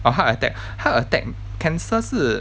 orh heart attack heart attack cancer 是